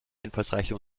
einfallsreiche